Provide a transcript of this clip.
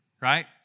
right